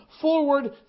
forward